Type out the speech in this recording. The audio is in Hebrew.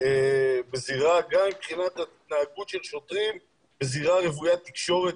גם מבחינת ההתנהגות של שוטרים בזירה רווית תקשורת,